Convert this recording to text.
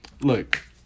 Look